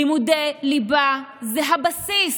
לימודי ליבה זה הבסיס